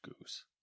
goose